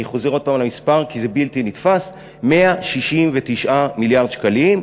אני חוזר עוד פעם על המספר כי זה בלתי נתפס: 169 מיליארד שקלים.